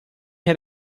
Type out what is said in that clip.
had